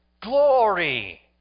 glory